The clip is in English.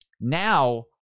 now